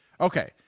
Okay